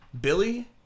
Billy